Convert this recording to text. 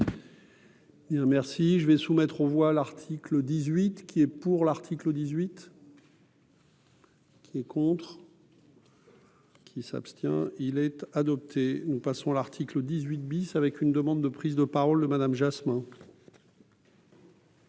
merci, je vais soumettre aux voix, l'article 18 qui est pour l'article dix-huit. Qui est contre. Qui s'abstient-il être adopté, nous passons l'article 18 bis, avec une demande de prise de parole de Madame Jasmin.